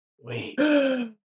wait